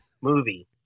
Movie